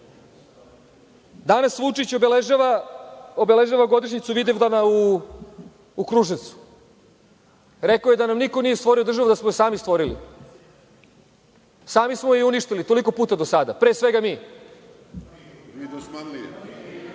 Vučić obeležava godišnjicu Vidovdana u Kruševcu. Rekao je da nam niko nije stvorio državu, da smo je sami stvorili. Sami smo je i uništili toliko puta do sada, pre svega mi. I jedini,